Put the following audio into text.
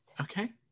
Okay